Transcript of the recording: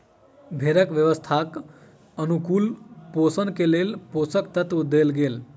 भेड़क स्वास्थ्यक अनुकूल पोषण के लेल पोषक तत्व देल गेल